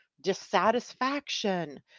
dissatisfaction